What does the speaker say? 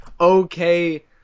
okay